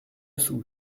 sous